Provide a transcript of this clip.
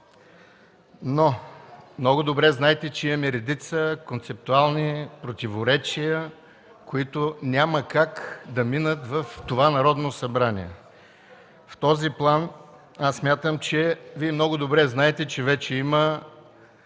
Но много добре знаете, че имаме редица концептуални противоречия, които няма как да минат в това Народно събрание. В този план смятам, че Вие много добре знаете, че вече има